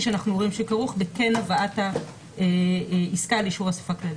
שאנחנו רואים שכרוך בכן הבאת עסקה לאישור אסיפה כללית.